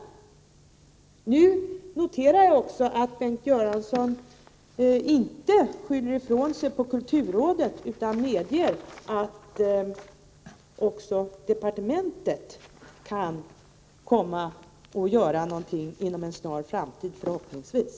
Jag noterar att Bengt Göransson nu inte skyller ifrån sig och hänvisar till kulturrådet utan medger att också departementet kan komma att göra någonting inom en snar framtid —- förhoppningsvis.